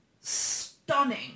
stunning